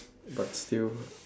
but still